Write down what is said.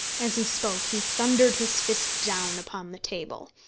as he spoke, he thundered his fist down upon the table.